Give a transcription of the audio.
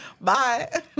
Bye